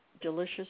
delicious